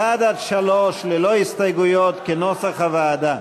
1 עד 3 ללא הסתייגויות, כנוסח הוועדה.